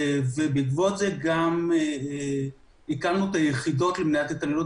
בעקבות זה הקפאנו את היחידות למניעת התעללות